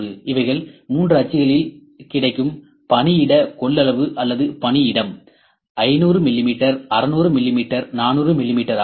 இவைகள் 3 அச்சுகளில் கிடைக்கும் பணியிட கொள்ளளவு அல்லது பணியிடம் 500 மிமீ 600 மிமீ 400 மிமீ ஆகும்